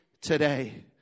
today